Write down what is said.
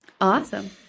Awesome